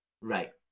right